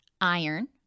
iron